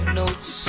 notes